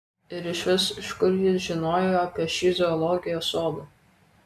ir išvis iš kur ji žinojo apie šį zoologijos sodą